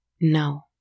No